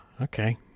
Okay